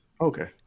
Okay